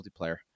multiplayer